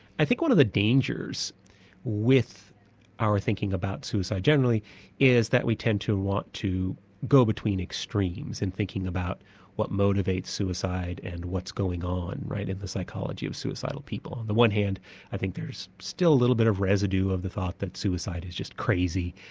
i think one of the dangers with our thinking about suicide generally is that we tend to want to go between extremes in thinking about what motivates suicide, and what's going on, right, in the psychology of suicidal people. on the one hand i think there's still a little bit of residue of the thought that suicide is just crazy,